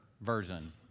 version